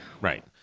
right